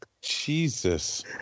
Jesus